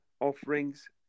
offerings